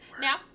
Now